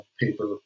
paper